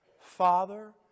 Father